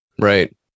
Right